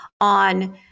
on